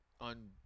on